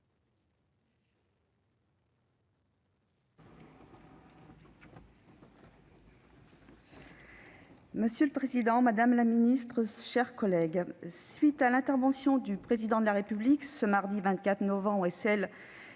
Monsieur le président, madame la ministre, mes chers collègues, à la suite de l'intervention du Président de la République le mardi 24 novembre et de celle